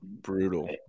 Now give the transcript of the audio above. Brutal